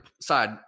side